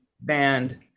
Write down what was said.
band